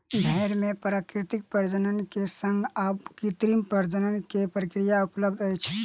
भेड़ मे प्राकृतिक प्रजनन के संग आब कृत्रिम प्रजनन के प्रक्रिया उपलब्ध अछि